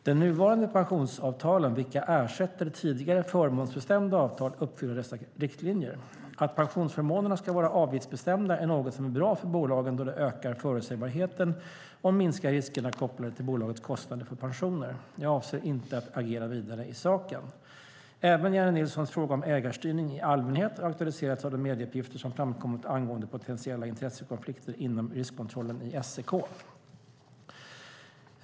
De nuvarande pensionsavtalen, vilka ersätter tidigare förmånsbestämda avtal, uppfyller dessa riktlinjer. Att pensionsförmånerna ska vara avgiftsbestämda är något som är bra för bolagen då det ökar förutsägbarheten och minskar riskerna kopplade till bolagets kostnader för pensioner. Jag avser inte att agera vidare i saken. Även Jennie Nilssons frågor om ägarstyrning i allmänhet har aktualiserats av de medieuppgifter som framkommit angående potentiella intressekonflikter inom riskkontrollen i SEK.